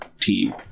team